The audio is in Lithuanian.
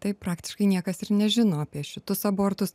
tai praktiškai niekas ir nežino apie šitu abortus